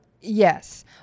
Yes